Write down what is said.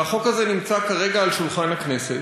החוק הזה נמצא כרגע על שולחן הכנסת,